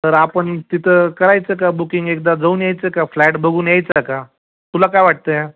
तर आपण तिथं करायचं का बुकिंग एकदा जाऊन यायचं का फ्लॅट बघून यायचा का तुला काय वाटतं आहे